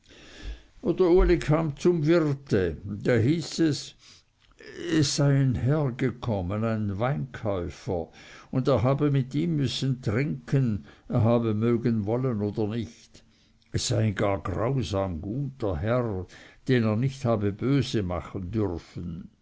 oder uli kam zum wirte da hieß es es sei ein herr gekommen ein weinkäufer und er habe mit ihm müssen trinken er habe mögen wollen oder nicht es sei ein gar grausam guter herr den er nicht habe böse machen dürfen